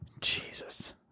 Jesus